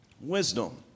wisdom